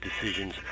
decisions